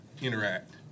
interact